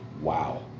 Wow